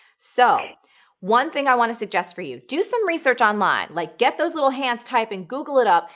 so one thing i want to suggest for you, do some research online. like get those little hands typing, google it up,